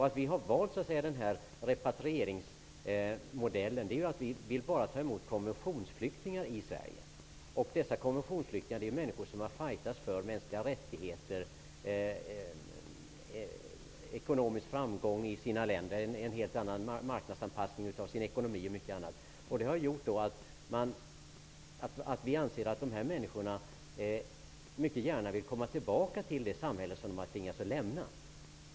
Anledningen till att vi har valt repatrieringsmodellen är att vi vill att Sverige bara skall ta emot konventionsflyktingar. Det är människor som i sina länder har kämpat för mänskliga rättigheter, för en annorlunda ekonomisk politik, för marknadsanpassning av ekonomin och mycket annat. Vi anser att dessa människor mycket gärna vill komma tillbaka till det samhälle som de har tvingats lämna.